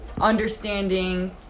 understanding